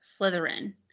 Slytherin